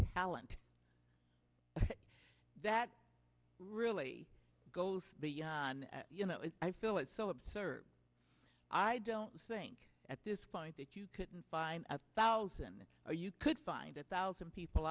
talent that really goes on you know if i feel it's so absurd i don't think at this point that you couldn't find a thousand or you could find a thousand people